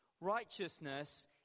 righteousness